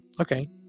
okay